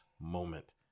moment